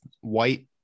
white